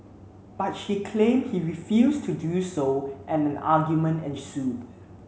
but she claimed he refused to do so and an argument ensued